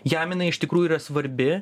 jam jinai iš tikrųjų yra svarbi